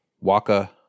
Waka